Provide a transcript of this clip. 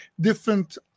different